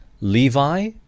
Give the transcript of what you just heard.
Levi